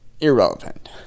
irrelevant